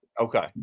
Okay